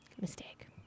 Mistake